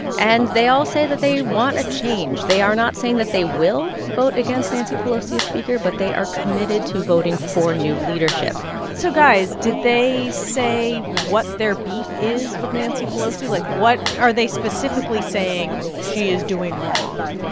and they all say that they want a change. they are not saying that they will vote against nancy pelosi as speaker, but they are committed to voting for new leadership so guys, did they say what their beef is with nancy pelosi? like, what are they specifically saying she is doing wrong?